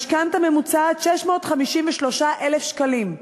משכנתה ממוצעת, 653,000 שקלים,